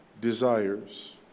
desires